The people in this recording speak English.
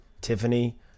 Tiffany